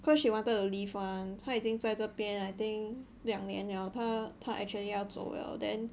cause she wanted to leave [one] 他已经在这边 I think 两年了他他 actually 真要走了 then